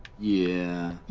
yeah.